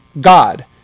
God